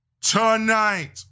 tonight